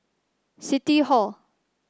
City Hall